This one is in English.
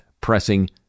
pressing